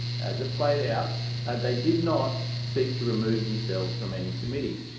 as it played out they did not seek to remove themselves from any committee.